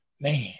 man